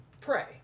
Pray